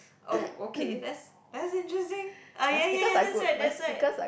oh okay that's that's interesting ah ya ya ya that's right that's right